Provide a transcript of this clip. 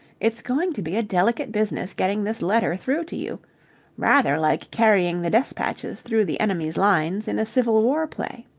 it's going to be a delicate business getting this letter through to you rather like carrying the despatches through the enemy's lines in a civil war play.